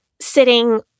sitting